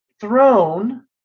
throne